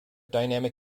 dynamic